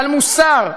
על מוסר,